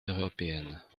européennes